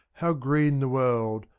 how green the world,